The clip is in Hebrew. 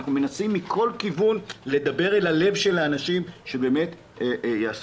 אנחנו מנסים מכל כיוון לדבר אל הלב של אנשים ויש לנו